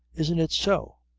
isn't it so?